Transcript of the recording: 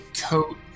coat